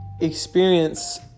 experience